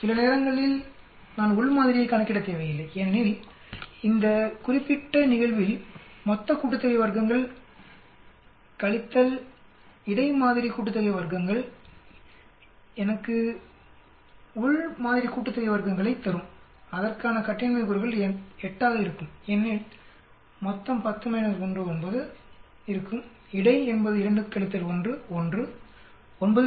சில நேரங்களில் நான் உள் மாதிரியைக் கணக்கிடத் தேவையில்லை ஏனெனில் இந்த குறிப்பிட்ட நிகழ்வில் வர்க்கங்களின் மொத்த கூட்டுத்தொகை - வர்க்கங்களின் இடை மாதிரி கூட்டுத்தொகையானது எனக்கு வர்க்கங்களின் உள் மாதிரி கூட்டுத்தொகையைத் தரும் அதற்கான கட்டின்மை கூறுகள் 8 ஆக இருக்கும் ஏனெனில் மொத்தம் 10 19 ஆக இருக்கும் இடை என்பது 2 1 1